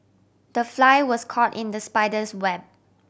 the fly was caught in the spider's web